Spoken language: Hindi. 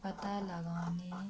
पता लगाने